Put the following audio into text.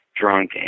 drunk